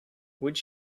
would